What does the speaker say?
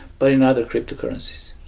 but in other cryptocurrencies.